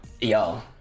Yo